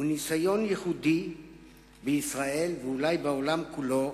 הוא ניסיון ייחודי בישראל, ואולי בעולם כולו,